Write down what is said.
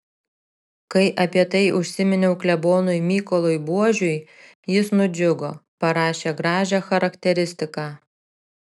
kai apie tai užsiminiau klebonui mykolui buožiui jis nudžiugo parašė gražią charakteristiką